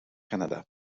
canada